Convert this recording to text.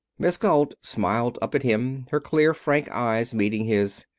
miss galt smiled up at him, her clear, frank eyes meeting his.